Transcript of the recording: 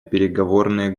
переговорные